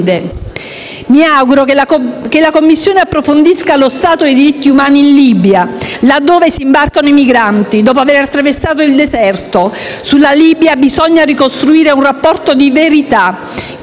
Mi auguro che la Commissione approfondisca lo stato dei diritti umani in Libia, là dove si imbarcano i migranti, dopo aver attraversato il deserto. Sulla Libia bisogna ricostruire un racconto di verità, che